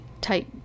type